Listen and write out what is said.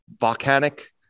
volcanic